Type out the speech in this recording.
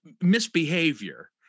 misbehavior